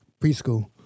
preschool